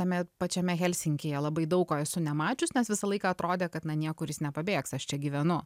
tame pačiame helsinkyje labai daug ko esu nemačius nes visą laiką atrodė kad na niekur jis nepabėgs aš čia gyvenu